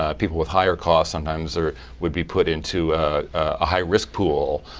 ah people with higher costs sometimes would be put into a high risk pool,